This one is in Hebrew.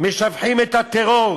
משבחות את הטרור